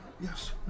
Yes